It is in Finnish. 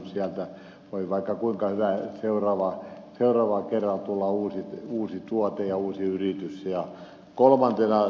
sieltä voi vaikka kuinka hyvä uusi tuote ja uusi yritys seuraavalla kerralla tulla